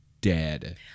dead